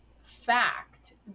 fact